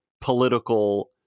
political